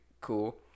Cool